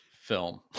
film